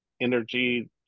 energy